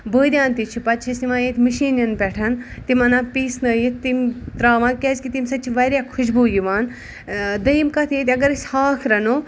بٲدیان تہِ چھُ پَتہٕ چھِ أسۍ نِوان یتہِ مِشیٖنن پٮ۪ٹھ تِم انان پیٖسنٲیِتھ تِم تراوان کیازِ کہِ تَمہِ سۭتۍ چھِ واریاہ خُشبوٗ یِوان دوٚیُم کَتھ ییٚتہِ اَگر أسۍ ہاکھ رَنو